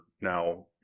now